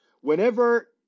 Whenever